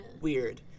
Weird